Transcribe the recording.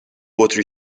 بطری